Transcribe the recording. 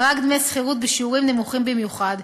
דמי שכירות בשיעורים נמוכים במיוחד,